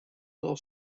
del